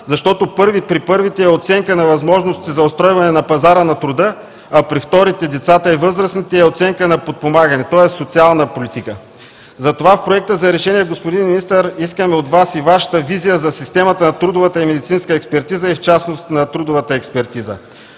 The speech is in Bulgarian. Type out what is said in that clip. защото при първите е оценка на възможностите за устройване на пазара на труда, а при вторите – децата и възрастните, е оценка на подпомагане, тоест социална политика. Затова в Проекта за решение, господин Министър, искаме от Вас и Вашата визия за системата на трудовата и медицинска експертиза, и в частност на трудовата експертиза,